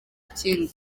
kindi